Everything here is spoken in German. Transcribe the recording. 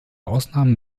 ausnahmen